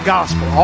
Gospel